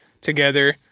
together